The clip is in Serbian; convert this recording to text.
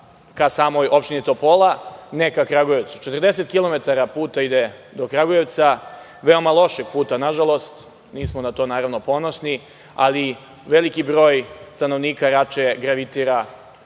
ka samoj opštini Topola, ne ka Kragujevcu. Do Kragujevca ide 40 kilometara puta, veoma lošeg puta nažalost, nismo na to naravno ponosni, ali veliki broj stanovnika Rače gravitira